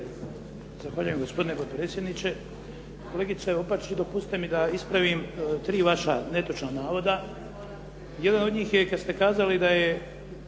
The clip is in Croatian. Zahvaljujem, gospodine potpredsjedniče. Kolegice Opačić, dopustite mi da ispravim tri vaša netočna navoda. Jedan od njih je i kad ste kazali da je